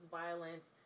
violence